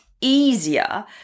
easier